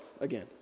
again